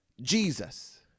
Jesus